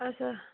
اچھا